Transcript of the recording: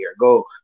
go